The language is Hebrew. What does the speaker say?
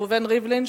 ראובן ריבלין,